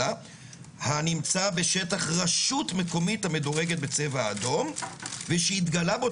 הנמצא בשטח רשות מקומית המדורגת בצבע אדום ושהתגלה בו